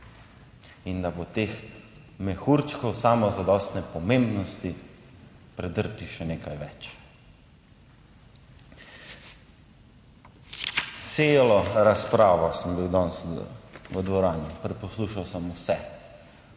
in da bo teh mehurčkov samozadostne pomembnosti predrtih še nekaj več. Celo razpravo sem bil danes v dvorani, preposlušal sem vse